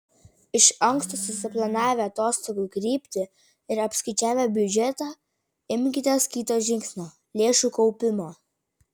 iš anksto susiplanavę atostogų kryptį ir apskaičiavę biudžetą imkitės kito žingsnio lėšų kaupimo